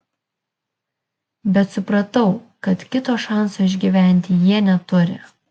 bet supratau kad kito šanso išgyventi jie neturi